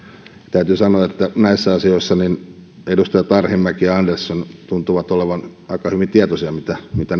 täytyy sanoa että näissä asioissa edustajat arhinmäki ja andersson tuntuvat olevan aika hyvin tietoisia mitä mitä